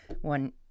one